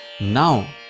Now